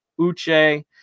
uche